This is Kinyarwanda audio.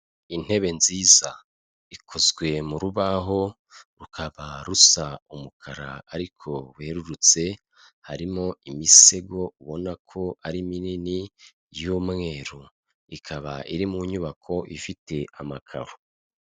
Intebe nziza, ikozwe mu rubaho, rukaba rusa umukara ariko werurutse, harimo imisego ubona ko ari minini y'umweru ikaba iri mu nyubako ifite amakaro.